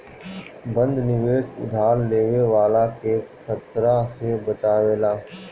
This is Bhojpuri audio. बंध निवेश उधार लेवे वाला के खतरा से बचावेला